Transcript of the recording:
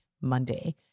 Monday